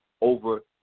over